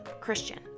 Christian